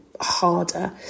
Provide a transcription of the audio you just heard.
harder